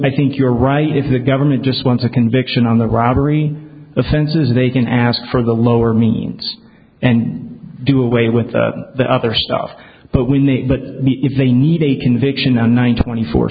i think you're right if the government just wants a conviction on the robbery offenses they can ask for the lower means and do away with the other stuff but we need but if they need a conviction on one twenty four